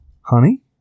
honey